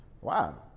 Wow